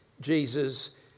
Jesus